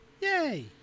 Yay